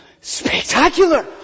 spectacular